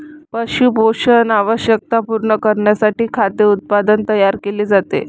पशु पोषण आवश्यकता पूर्ण करण्यासाठी खाद्य उत्पादन तयार केले जाते